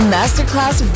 Masterclass